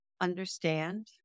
understand